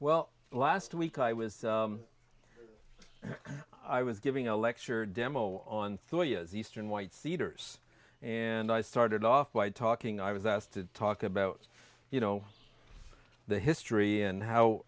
well last week i was i was giving a lecture demo on the lawyers eastern white cedars and i started off by talking i was asked to talk about you know the history and how